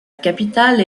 capitale